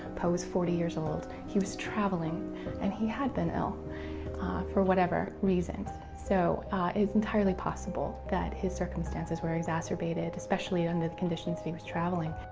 poe was forty years old, he was traveling and he had been ill ah for whatever reasons, so it's entirely possible that his circumstances were exacerbated, especially under the conditions that he was traveling.